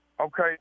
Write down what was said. Okay